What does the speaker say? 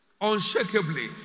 unshakably